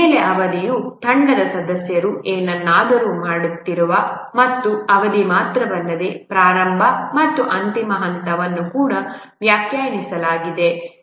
ಮೇಲೆ ಅವಧಿಯು ತಂಡದ ಸದಸ್ಯರು ಏನನ್ನಾದರೂ ಮಾಡುತ್ತಿರುವರು ಮತ್ತು ಅವಧಿ ಮಾತ್ರವಲ್ಲದೆ ಪ್ರಾರಂಭ ಮತ್ತು ಅಂತಿಮ ಹಂತವನ್ನು ಕೂಡ ವ್ಯಾಖ್ಯಾನಿಸಲಾಗಿದೆ